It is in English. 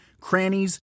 crannies